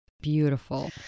beautiful